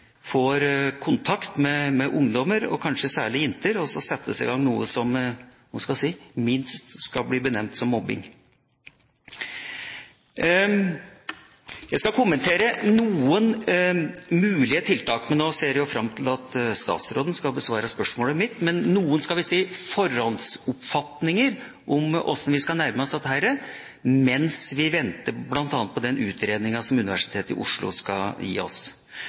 får kontakt med ungdommer, og kanskje særlig jenter, og så settes det i gang noe som – hva skal jeg si – minst kan benevnes som mobbing. Jeg skal kommentere noen mulige tiltak, men jeg ser ellers fram til at statsråden besvarer spørsmålet mitt. Men jeg har noen forhåndsoppfatninger om hvordan vi skal nærme oss dette mens vi venter på bl.a. den utredningen som Universitetet i Oslo skal gi oss.